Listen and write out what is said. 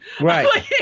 Right